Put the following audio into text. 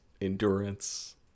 endurance